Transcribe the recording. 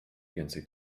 więcej